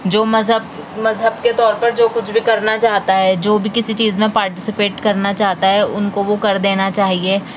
جو مذہب مذہب کے طور پر جو کچھ بھی کرنا چاہتا ہے جو بھی کسی چیز میں پارٹیسپیٹ کرنا چاہتا ہے ان کو وہ کر دینا چاہیے